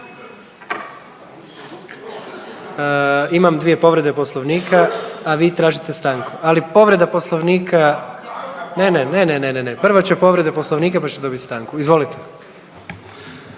Imam dvije povrede Poslovnika, a vi tražite stanku, ali povreda Poslovnika …/Upadica se ne razumije./… ne, ne, ne, ne, ne, prvo će povreda Poslovnika pa ćete dobiti stanku. Izvolite.